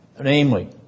namely